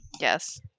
Yes